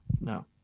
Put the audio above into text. no